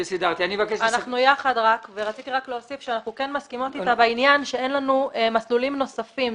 רציתי רק להוסיף שאנחנו כן מסכימות אתה בעניין שאין לנו מסלולים נוספים.